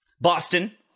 Boston